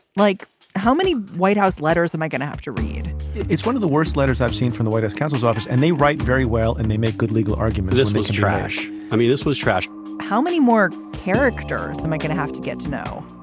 like how many white house letters am i going to have to read it's one of the worst letters i've seen from the white house counsel's office and they write very well and they make good legal argument. this means trash i mean this was trashed how many more characters am i going to have to get to know.